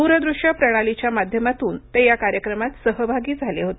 दूरदृश्य प्रणालीच्या माध्यमातून ते या कार्यक्रमात सहभागी झाले होते